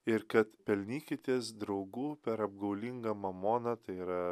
ir kad pelnykitės draugų per apgaulingą mamoną tai yra